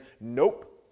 nope